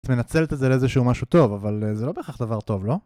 את מנצלת את זה לזה שהוא משהו טוב, אבל זה לא בהכרח דבר טוב, לא?